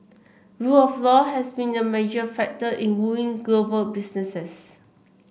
rule of law has been a major factor in wooing global businesses